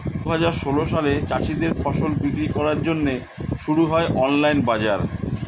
দুহাজার ষোল সালে চাষীদের ফসল বিক্রি করার জন্যে শুরু হয় অনলাইন বাজার